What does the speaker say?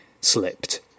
slipped